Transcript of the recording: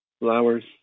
flowers